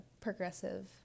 progressive